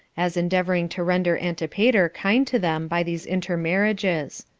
as endeavoring to render antipater kind to them by these intermarriages.